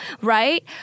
right